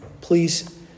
please